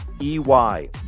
EY